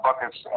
buckets